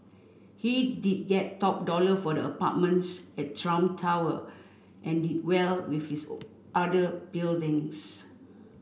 he did get top dollar for the apartments at Trump Tower and did well with his other buildings